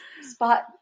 Spot